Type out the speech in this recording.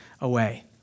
away